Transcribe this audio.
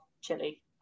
chili